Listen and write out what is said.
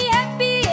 Happy